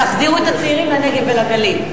תחזירו את הצעירים לנגב ולגליל.